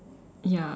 ya